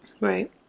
Right